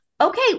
okay